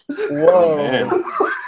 Whoa